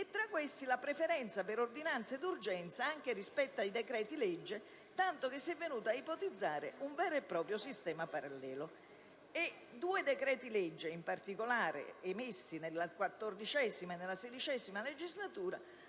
e tra questi la preferenza per ordinanze di urgenza anche rispetto ai decreti-legge, tanto che si è venuto ad ipotizzare un vero e proprio sistema parallelo. Due decreti-legge in particolare, emessi nella XIV e nella XVI legislatura,